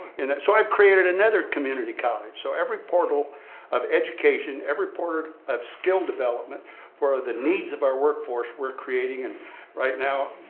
so, i've created another community college. so, every portal of education, every portal of skill development for the needs of our workforce, we're creating. and right now,